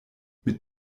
mit